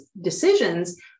decisions